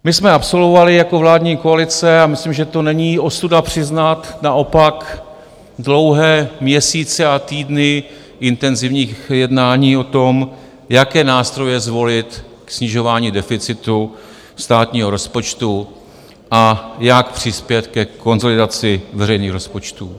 My jsme absolvovali jako vládní koalice, a myslím, že není ostuda to přiznat, naopak, dlouhé měsíce a týdny intenzivních jednání o tom, jaké nástroje zvolit ke snižování deficitu státního rozpočtu a jak přispět ke konsolidaci veřejných rozpočtů.